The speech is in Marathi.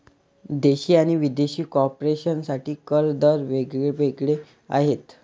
देशी आणि विदेशी कॉर्पोरेशन साठी कर दर वेग वेगळे आहेत